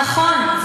נכון.